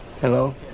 hello